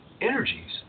energies